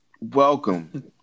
Welcome